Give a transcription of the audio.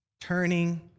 turning